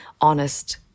honest